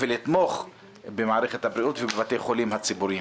ולתמוך במערכת הבריאות ובבתי החולים הציבוריים.